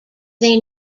they